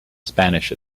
spanish